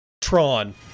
Tron